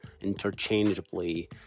interchangeably